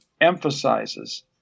emphasizes